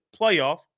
playoff